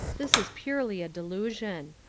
this is purely a delusion.